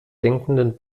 denkenden